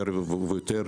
ויותר